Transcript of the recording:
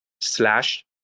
slash